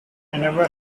never